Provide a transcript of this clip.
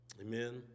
Amen